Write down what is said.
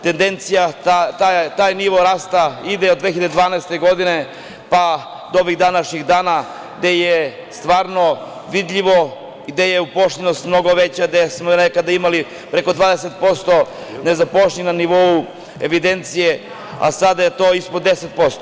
Taj nivo rasta ide od 2012. godine, pa do ovih današnjih dana, gde je stvarno vidljivo, gde je uposlenost mnogo veća, gde smo nekada imali preko 20% nezaposlenih na nivou evidencije, a sada je to ispod 10%